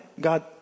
God